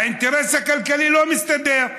האינטרס הכלכלי לא מסתדר.